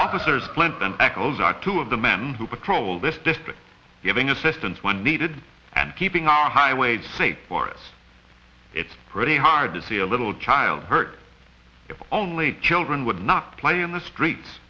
officers plant them echoes are two of the men who patrol this district giving assistance when needed and keeping our highways safe for us it's pretty hard to see a little child hurt if only children would not play in the streets